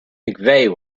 mcveigh